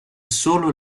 solo